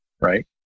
right